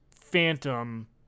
phantom